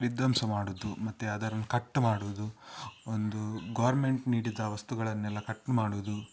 ವಿದ್ವಂಸ ಮಾಡೋದು ಮತ್ತೆ ಅದರನ್ನು ಕಟ್ ಮಾಡೋದು ಒಂದು ಗೌರ್ಮೆಂಟ್ ನೀಡಿದ ವಸ್ತುಗಳನ್ನೆಲ್ಲ ಕಟ್ ಮಾಡೋದು